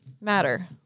matter